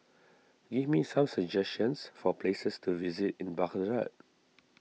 give me some suggestions for places to visit in Baghdad